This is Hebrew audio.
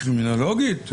קרימינולוגית,